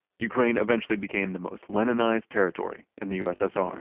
ukraine eventually became the most leninized territory in the ussr